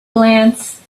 glance